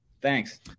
Thanks